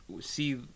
see